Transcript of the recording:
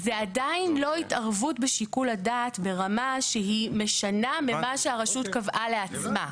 זה עדיין לא התערבות בשיקול הדעת ברמה שהיא משנה ממה שהרשות קבעה לעצמה.